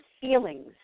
feelings